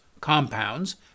compounds